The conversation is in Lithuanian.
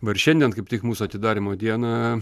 nors šiandien kaip tik mūsų atidarymo dieną